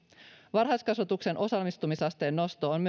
varhaiskasvatuksen osallistumisasteen nosto on